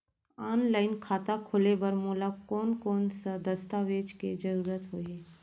Online खाता खोले बर मोला कोन कोन स दस्तावेज के जरूरत होही?